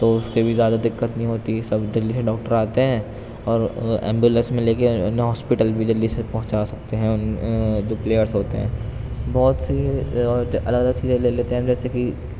تو اس کے بھی زیادہ دقّت نہیں ہوتی ہے سب جلدی سے ڈاکٹر آتے ہیں اور ایمبولینس میں لے کے انہیں ہاسپیٹل بھی جلدی سے پہنچا سکتے ہیں جو پلیئرس ہوتے ہیں بہت سی الگ الگ چیزیں لے لیتے ہیں ہم جیسے کہ